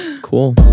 cool